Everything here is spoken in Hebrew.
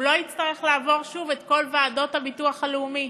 הוא לא יצטרך לעבור שוב את כל ועדות הביטוח הלאומי